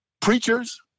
Preachers